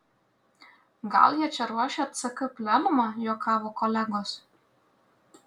gal jie čia ruošia ck plenumą juokavo kolegos